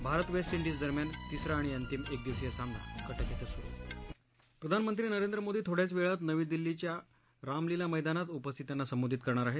भारत वेस्था डिज दरम्यान तिसरा आणि अंतिम एकदिवसीय सामना कक्रि प्रधानमंत्री नरेंद्र मोदी थोड्याच वेळात नवी दिल्लीच्या रामलीला मैदानात उपस्थितांना संबोधित करणार आहेत